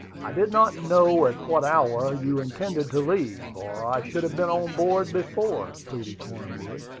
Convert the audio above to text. i did not know at what hour you intended to leave, or i should have been on board before, pleaded cornwood.